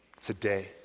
today